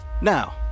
Now